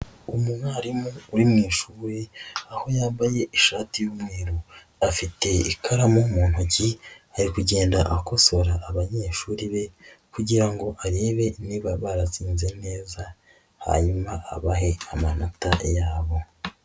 Umwarimu uri mu ishuri, aho yambaye ishati y'umweru. Afite ikaramu mu ntoki, ari kugenda akosora abanyeshuri be, kugira ngo arebe niba baratsinze neza hanyuma abahe amanota yabo.